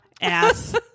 ass